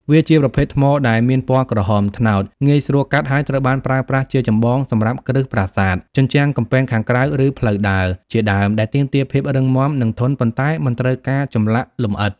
វាជាប្រភេទថ្មដែលមានពណ៌ក្រហមត្នោត ងាយស្រួលកាត់ ហើយត្រូវបានប្រើប្រាស់ជាចម្បងសម្រាប់ គ្រឹះប្រាសាទ ជញ្ជាំងកំពែងខាងក្រៅ ឬផ្លូវដើរ ជាដើម ដែលទាមទារភាពរឹងមាំ និងធន់ ប៉ុន្តែមិនត្រូវការចម្លាក់លម្អិត។